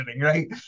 right